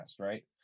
right